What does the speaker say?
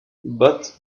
but